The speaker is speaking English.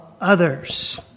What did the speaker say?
others